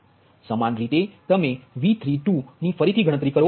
સમાન રીતે તમે V32 ની ફરીથી ગણતરી કરો